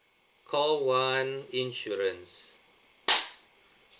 call one insurance